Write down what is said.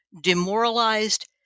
demoralized